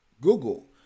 Google